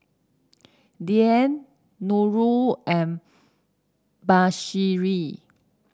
Dian Nurul and Mahsuri